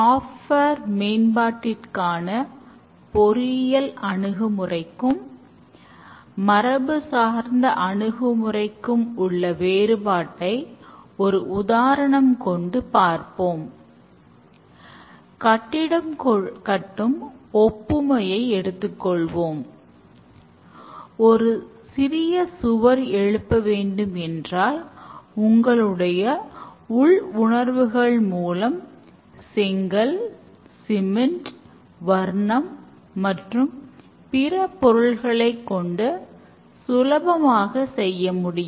software வர்ணம் மற்றும் பிற பொருள்களை கொண்டு சுலபமாக செய்ய முடியும்